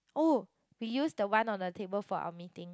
oh we used the one on the table for our meeting